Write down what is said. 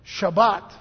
Shabbat